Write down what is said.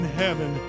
heaven